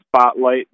spotlight